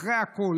אחרי הכול,